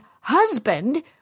husband